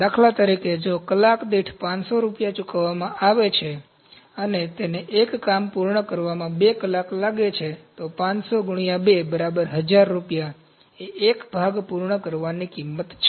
દાખલા તરીકે જો તેને કલાક દીઠ 500 રૂપિયા ચૂકવવામાં આવે છે અને તેને એક કામ પૂર્ણ કરવામાં 2 કલાક લાગે છે તો 500 x 2 1000 રૂપિયા એ એક ભાગ પૂર્ણ કરવાની કિંમત છે